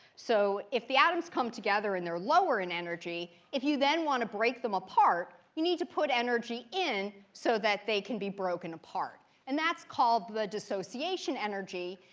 so if the atoms come together, and they're lower in energy, if you then want to break them apart, you need to put energy in so that they can be broken apart. and that's called the dissociation energy.